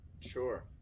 Sure